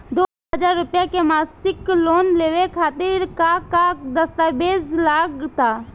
दो हज़ार रुपया के मासिक लोन लेवे खातिर का का दस्तावेजऽ लग त?